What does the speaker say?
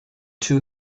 too